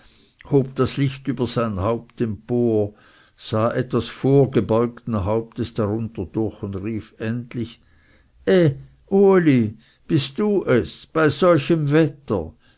hob das licht über sein haupt empor sah etwas vorwärtsgebeugten hauptes darunter durch und rief endlich eh uli bist du es bei solchem wetter